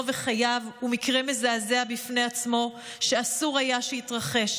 וחייו הוא מקרה מזעזע בפני עצמו שאסור היה שיתרחש,